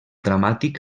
dramàtic